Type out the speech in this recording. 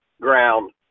ground